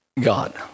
God